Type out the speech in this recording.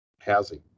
housing